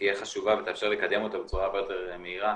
תהיה חשובה ותאפשר לקדם אותו בצורה הרבה יותר מהירה